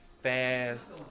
fast